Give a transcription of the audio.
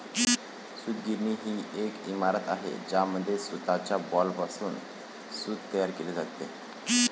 सूतगिरणी ही एक इमारत आहे ज्यामध्ये सूताच्या बॉलपासून सूत तयार केले जाते